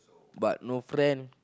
but no friend